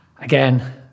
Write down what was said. again